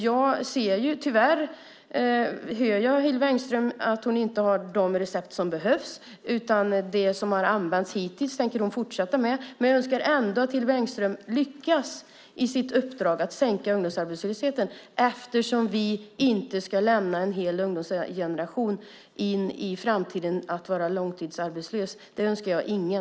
Jag hör tyvärr att Hillevi Engström inte har de recept som behövs, utan hon tänker fortsätta med det som har använts hittills. Men jag önskar ändå att Hillevi Engström lyckas i sitt uppdrag att sänka ungdomsarbetslösheten, för vi ska inte lämna en hel ungdomsgeneration med framtiden att vara långtidsarbetslös. Det önskar jag ingen.